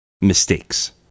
mistakes